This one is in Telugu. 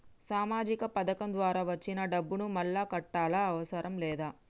సామాజిక పథకం ద్వారా వచ్చిన డబ్బును మళ్ళా కట్టాలా అవసరం లేదా?